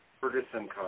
Ferguson